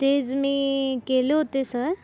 तेच मी केले होते सर